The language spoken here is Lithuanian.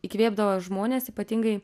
įkvėpdavo žmonės ypatingai